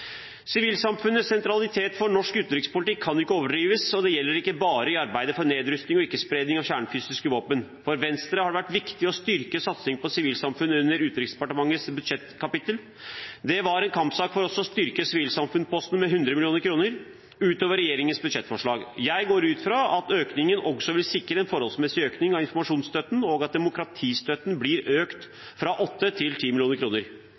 Sivilsamfunnets sentralitet for norsk utenrikspolitikk kan ikke overdrives, og det gjelder ikke bare i arbeidet for nedrustning og ikke-spredning av kjernefysiske våpen. For Venstre har det vært viktig å styrke satsingen på sivilsamfunnet under Utenriksdepartementets budsjettkapittel. Det var en kampsak for oss å styrke sivilsamfunnsposten med 100 mill. kr utover regjeringens budsjettforslag. Jeg går ut fra at økningen også vil sikre en forholdsmessig økning av informasjonsstøtten, og at demokratistøtten blir økt fra 8 mill. kr til